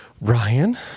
Ryan